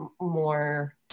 more